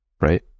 right